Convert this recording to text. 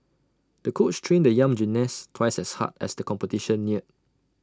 the coach trained the young gymnast twice as hard as the competition neared